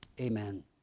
Amen